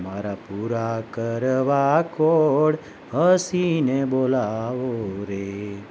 મારા પૂરા કરવા કોળ હસીને બોલાવો રે